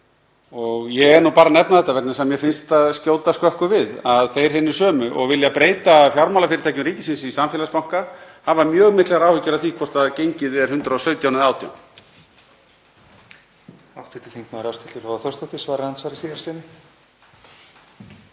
Ég er bara að nefna þetta vegna þess að mér finnst skjóta skökku við að þeir hinir sömu og vilja breyta fjármálafyrirtækjum ríkisins í samfélagsbanka hafi mjög miklar áhyggjur af því hvort gengið er 117 kr.